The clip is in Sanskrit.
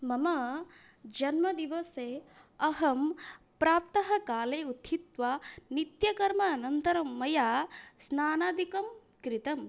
मम जन्मदिवसे अहं प्रातःकाले उत्थित्वा नित्यकर्म अनन्तरं मया स्नानादिकं कृतम्